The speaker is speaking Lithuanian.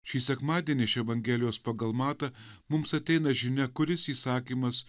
šį sekmadienį iš evangelijos pagal matą mums ateina žinia kuris įsakymas